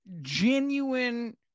genuine